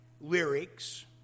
lyrics